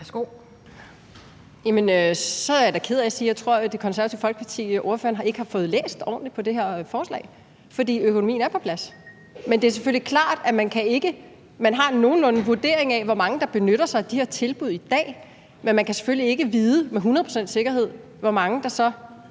så er jeg da ked af at sige, at jeg tror, at Det Konservative Folkeparti og ordføreren ikke har fået læst ordentligt på det her forslag, for økonomien er på plads. Man har en nogenlunde vurdering af, hvor mange der benytter sig af de her tilbud i dag, men man kan selvfølgelig ikke vide med hundrede procents sikkerhed, hvor mange der så